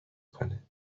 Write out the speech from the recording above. کنه